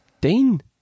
Dean